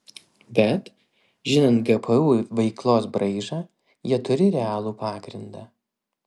bet žinant gpu veiklos braižą jie turi realų pagrindą